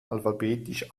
alphabetisch